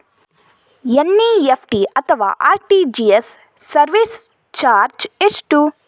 NEFT ಅಥವಾ RTGS service charge ಎಷ್ಟು?